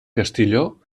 castilló